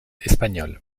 espagnole